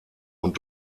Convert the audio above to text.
und